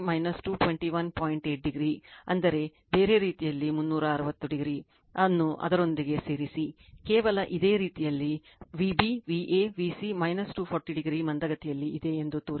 8o ಅಂದರೆ ಬೇರೆ ರೀತಿಯಲ್ಲಿ 360o ಅನ್ನು ಇದರೊಂದಿಗೆ ಸೇರಿಸಿ ಕೇವಲ ಇದೇ ರೀತಿಯಲ್ಲಿ vb va vc 240o ಮಂದಗತಿಯಲ್ಲಿ ಇದೆ ಎಂದು ತೋರಿಸಿ